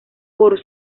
por